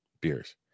beers